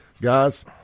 guys